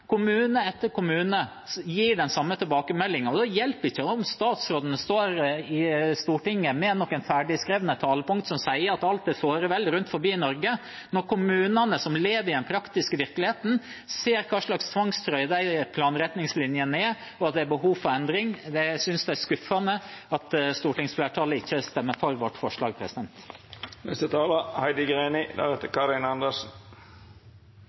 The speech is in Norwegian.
Kommune etter kommune gir den samme tilbakemeldingen. Det hjelper ikke om statsrådene står i Stortinget med ferdigskrevne talepunkter som sier at alt er såre vel rundt om i Norge, når kommunene som lever i den praktiske virkeligheten, ser hva slags tvangstrøye disse planretningslinjene er, og at det er behov for endring. Jeg synes det er skuffende at stortingsflertallet ikke stemmer for vårt forslag.